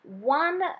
one